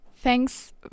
Thanks